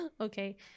okay